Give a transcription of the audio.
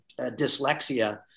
dyslexia